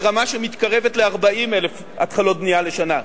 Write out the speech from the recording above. לרמה שמתקרבת ל-40,000 התחלות בנייה לשנה.